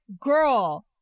Girl